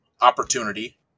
opportunity